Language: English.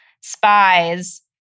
spies